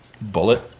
Bullet